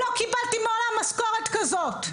מעולם לא קיבלתי משכורת כזאת.